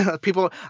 People